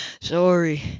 Sorry